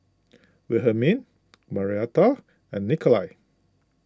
Wilhelmine Marietta and Nikolai